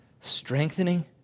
strengthening